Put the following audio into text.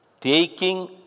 taking